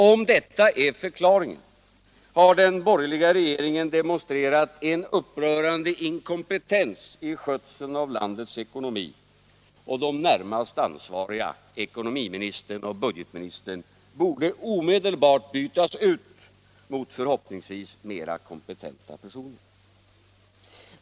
Om detta är förklaringen har den borgerliga regeringen demonstrerat en upprörande inkompetens i skötseln av landets ekonomi, och de närmast ansvariga —- ekonomiministern och budgetministern — borde omedelbart bytas ut mot förhoppningsvis mera kompetenta personer.